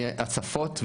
מהצפות,